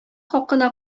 хакына